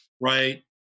right